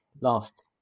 last